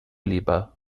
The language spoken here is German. lieber